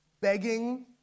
begging